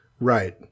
Right